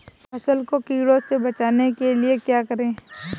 फसल को कीड़ों से बचाने के लिए क्या करें?